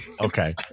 okay